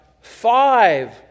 five